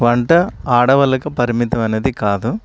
వంట ఆడవాళ్ళకు పరిమితమైనది కాదు